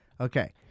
Okay